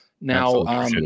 Now